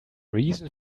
reason